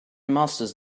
masters